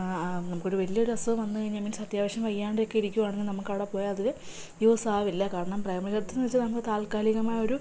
നമുക്കൊരു വലിയൊരു അസുഖം വന്നു കഴിഞ്ഞാൽ മീൻസ് അത്യാവശ്യം വയ്യാണ്ടൊക്കെ ഇരിക്കുകയാണെങ്കിൽ നമുക്ക് അവിടെ പോയാൽ അത് യൂസ് ആവില്ല കാരണം പ്രൈമറി ഹെൽത്ത് സെൻ്റർ എന്ന് വെച്ചാൽ നമ്മൾ താൽക്കാലികമായി ഒരു